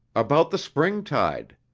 about the springtide.